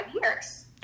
years